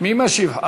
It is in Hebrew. מי משיב?